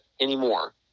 anymore